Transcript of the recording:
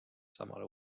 samal